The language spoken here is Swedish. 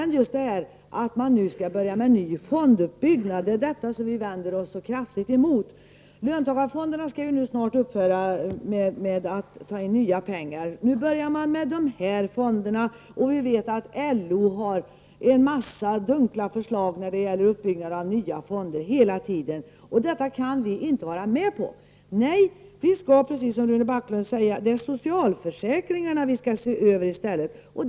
Att man nu skall börja med en ny fonduppbyggnad vänder vi oss kraftigt emot. Löntagarfonderna skall ju nu snart upphöra att ta in nya pengar — nu börjar man med de här fonderna, och vi vet att LO har en massa dunkla förslag som gäller uppbyggnad av nya fonder. Det kan vi inte vara med om. Nej, vi skall, precis som Rune Backlund sade, i stället se över socialförsäkringarna.